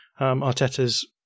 Arteta's